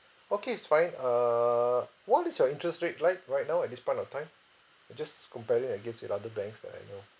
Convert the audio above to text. okay it's fine err what is your interest rate like right now at this point of time uh just comparing against with other banks that I know